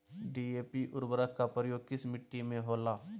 DAP उर्वरक का प्रयोग किस मिट्टी में होला?